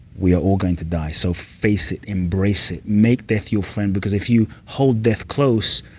we are all going to die, so face it. embrace it. make death your friend, because if you hold death close,